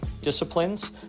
disciplines